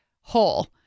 whole